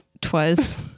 Twas